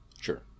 Sure